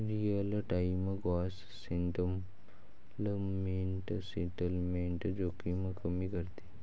real time gross settlement settlement जोखीम कमी करते